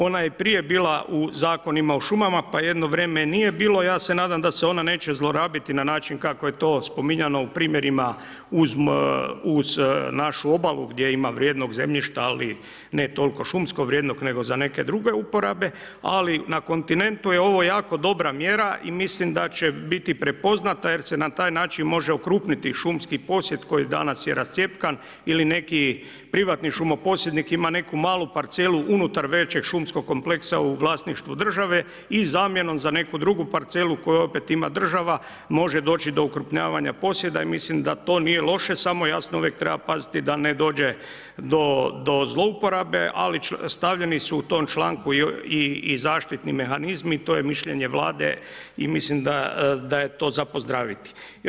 Ona je i prije bila u zakonima o šumama, pa jedno vrijeme nije bila, ja se nadam da se ona neće zlorabiti na način kako je to spominjano u primjerima uz našu obalu gdje ima vrijednog zemljišta, ali ne toliko šumsko vrijednog, nego za neke druge uporabe, ali na kontinentu je ovo jako dobra mjera i mislim da će biti prepoznata jer se na taj način može okrupniti šumski posjed koji danas je rascjepkan ili neki privatni šumoposjednik ima neku malu parcelu unutar većeg šumskog kompleksa u vlasništvu države i zamjenom za neku drugu parcelu koju opet ima država može doći do okrupnjavanja posjeda i mislim da to nije loše, samo jasno, uvijek treba paziti da ne dođe do zlouporabe, ali stavljeni su u tom članku i zaštitni mehanizmi, to je mišljenje Vlade i mislim da je to za pozdraviti.